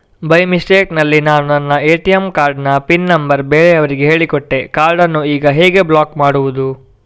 By mistake ನಲ್ಲಿ ನಾನು ನನ್ನ ಎ.ಟಿ.ಎಂ ಕಾರ್ಡ್ ನ ಪಿನ್ ನಂಬರ್ ಬೇರೆಯವರಿಗೆ ಹೇಳಿಕೊಟ್ಟೆ ಕಾರ್ಡನ್ನು ಈಗ ಹೇಗೆ ಬ್ಲಾಕ್ ಮಾಡುವುದು?